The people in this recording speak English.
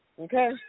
Okay